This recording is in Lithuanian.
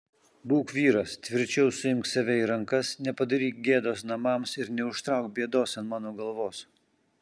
būk vyras tvirčiau suimk save į rankas nepadaryk gėdos namams ir neužtrauk bėdos ant mano galvos